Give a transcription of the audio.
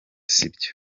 sibyo